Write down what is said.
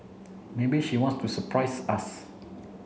maybe she wants to surprise us